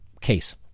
case